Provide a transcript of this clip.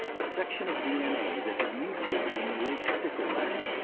a section of d n a. that had mutated in the lake stickleback.